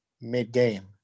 mid-game